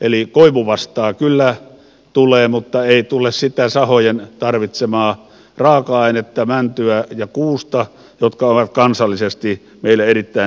eli koivuvastaa kyllä tulee mutta ei tule sitä sahojen tarvitsemaa raaka ainetta mäntyä ja kuusta jotka ovat kansallisesti meille erittäin tärkeitä